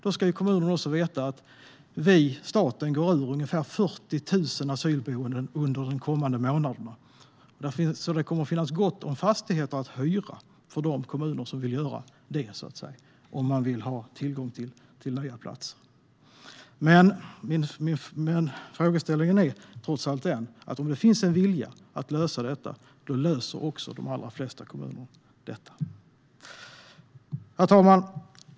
Då ska kommunerna också veta att staten går ur ungefär 40 000 asylboenden under de kommande månaderna. Det kommer alltså att finnas gott om fastigheter att hyra för de kommuner som vill göra det, om de vill ha tillgång till nya platser. Men trots allt är det så här: Om det finns en vilja att lösa detta löser de allra flesta kommuner detta. Herr talman!